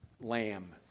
lamb